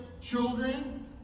children